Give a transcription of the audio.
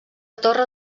torre